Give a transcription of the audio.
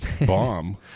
bomb